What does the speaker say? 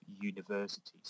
universities